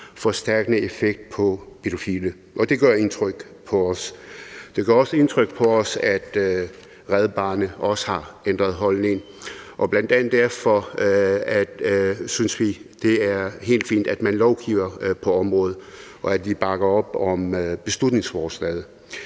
forstærkende effekt på pædofile, og det gør indtryk på os. Det gør også indtryk på os, at Red Barnet også har ændret holdning, og bl.a. derfor synes vi, det er helt fint, at man lovgiver på området, og vi bakker op om beslutningsforslaget.